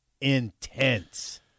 intense